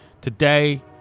Today